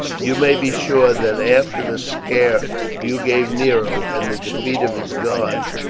you may be sure that after the scare you gave nero, and the defeat of his guards,